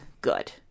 good